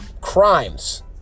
crimes